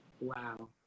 wow